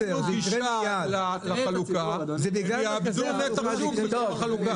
גישה למרכזי החלוקה הם יאבדו נתח שוק בתחום החלוקה.